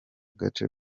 gace